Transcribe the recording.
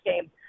game